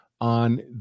on